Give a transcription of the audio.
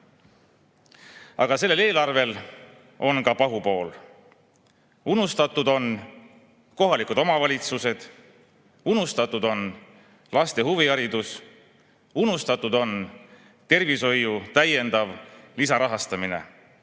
sellel eelarvel on ka pahupool. Unustatud on kohalikud omavalitsused, unustatud on laste huviharidus, unustatud on tervishoiu täiendav lisarahastamine.